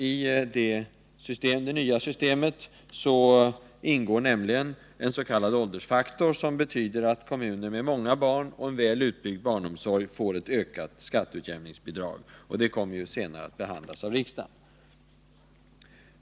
I det nya systemet ingår nämligen en s.k. åldersfaktor, som betyder att kommuner med många barn och en väl utbyggd barnomsorg får ett ökat skatteutjämningsbidrag. Detta kommer ju senare att behandlas av riksdagen.